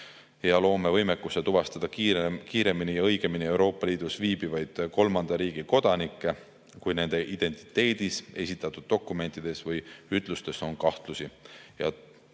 Me loome võimekuse tuvastada kiiremini ja õigemini Euroopa Liidus viibivaid kolmandate riikide kodanikke, kui nende identiteedis, esitatud dokumentides või ütlustes on kahtlusi.